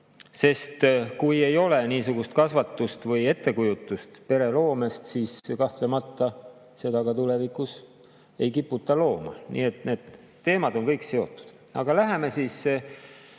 Sest kui ei ole niisugust kasvatust või ettekujutust pereloomest, siis kahtlemata seda [peret] tulevikus ei kiputagi looma. Nii et need teemad on kõik seotud. Aga läheme tänase